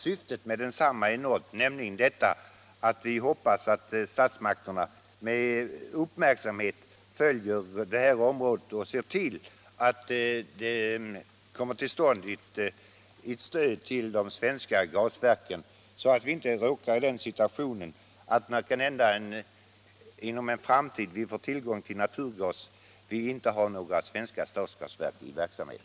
Syftet med motionen är emellertid nått om statsmakterna, som jag hoppas, med uppmärksamhet följer utvecklingen på det här området och ser till att det kommer till stånd ett stöd åt de svenska gasverken, så att vi inte råkar i den situationen att vi, när vi i en framtid kanske får tillgång till naturgas, inte har några svenska stadsgasverk i verksamhet.